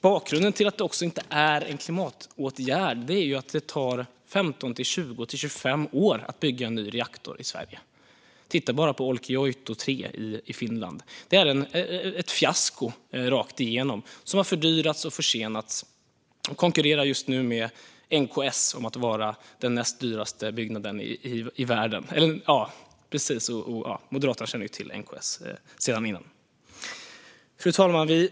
Bakgrunden till att det heller inte är en klimatåtgärd är att det tar 15, 20 eller 25 år att bygga en ny reaktor i Sverige. Titta bara på Olkiluoto 3 i Finland! Det är ett fiasko rakt igenom som har fördyrats och försenats och som just nu konkurrerar med NKS om att vara den näst dyraste byggnaden i världen. Moderaterna känner ju till NKS sedan tidigare. Fru talman!